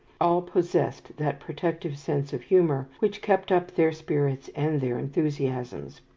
all possessed that protective sense of humour which kept up their spirits and their enthusiasms.